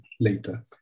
later